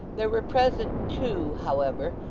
there were present two, however,